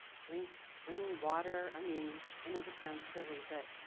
drink spring water? i mean, i know this sounds silly but,